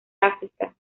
áfrica